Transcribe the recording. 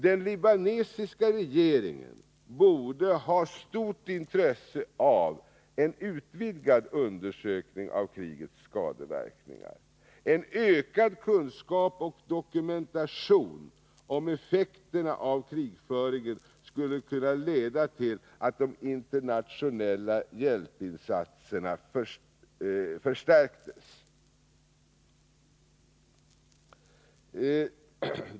Den libanesiska regeringen borde ha stort intresse för en utvidgad undersökning av krigets skadeverkningar. En ökad kunskap om och dokumentation av effekterna av krigföringen skulle kunna leda till att de internationella hjälpinsatserna förstärktes.